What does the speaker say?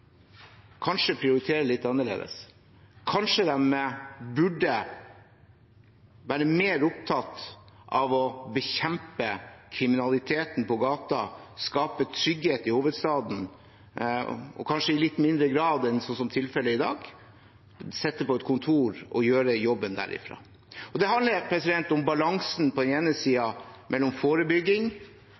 kanskje prioritere litt annerledes. Kanskje de burde være mer opptatt av å bekjempe kriminaliteten på gata, skape trygghet i hovedstaden og kanskje i litt mindre grad enn det som er tilfellet i dag, sitte på et kontor og gjøre jobben derfra. Det handler om balansen mellom på den ene siden forebygging